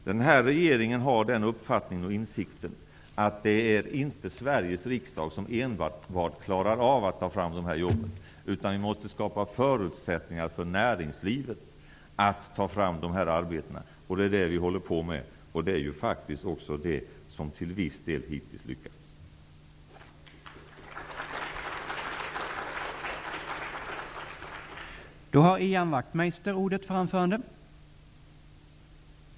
Den här regeringen har den uppfattningen och insikten att det inte är Sveriges riksdag som enbart klarar av att ta fram de här jobben, utan vi måste skapa förutsättningar för näringslivet att ta fram dessa arbeten. Det är det vi håller på med, och det är ju faktiskt också det som vi till viss del hittills har lyckats med.